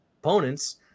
opponents